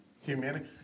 Humanity